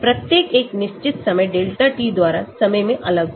प्रत्येक एक निश्चित समय delta t द्वारा समय में अलग होगा